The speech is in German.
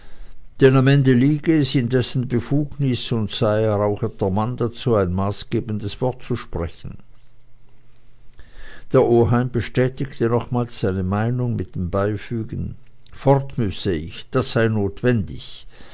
am ende liege es in dessen befugnis und sei er auch der mann dazu ein maßgebendes wort zu sprechen der oheim bestätigte nochmals seine meinung mit dem beifügen fort müsse ich das sei notwendig